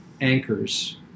anchors